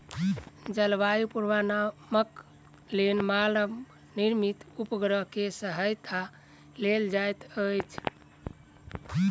जलवायु पूर्वानुमानक लेल मानव निर्मित उपग्रह के सहायता लेल जाइत अछि